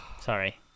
Sorry